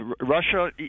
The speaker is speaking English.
Russia